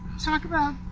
talk about